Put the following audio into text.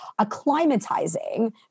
acclimatizing